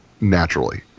naturally